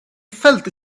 felt